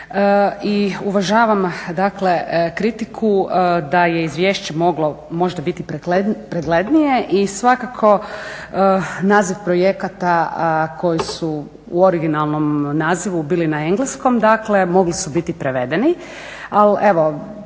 i uvažavam, dakle kritiku da je izvješće moglo možda biti preglednije i svakako naziv projekata koji su u originalnom nazivu bili na engleskom, dakle mogli su biti prevedeni,